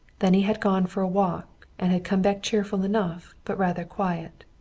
then he had gone for a walk and had come back cheerful enough but rather quiet.